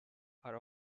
are